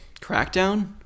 Crackdown